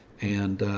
and,